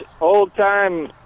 old-time